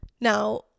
now